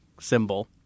symbol